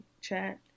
chat